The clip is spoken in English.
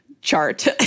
chart